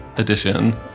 edition